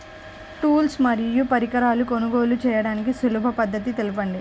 Tools మరియు పరికరాలను కొనుగోలు చేయడానికి సులభ పద్దతి తెలపండి?